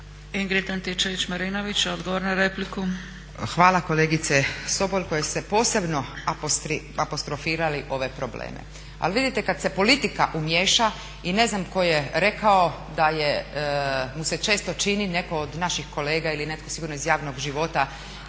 **Antičević Marinović, Ingrid (SDP)** Hvala kolegice Sobol koja ste posebno apostrofirali ove probleme. Ali vidite kada se politika umiješa i ne znam tko je rekao da mu se često čini, netko od naših kolega ili netko sigurno iz javnog života